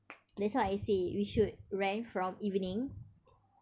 that's why I say we should rent from evening